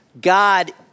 God